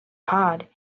pod